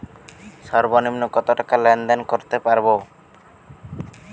সর্বনিম্ন কত টাকা লেনদেন করতে পারবো?